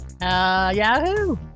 Yahoo